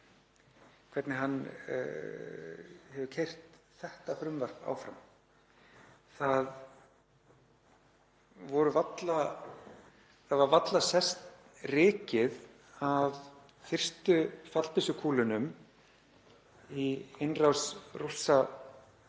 hvernig hann hefur keyrt þetta frumvarp áfram. Það var varla sest rykið af fyrstu fallbyssukúlunum í innrás Rússa